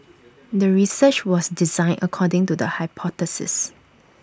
the research was designed according to the hypothesis